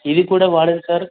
ఇది కూడా వాడచ్చు సార్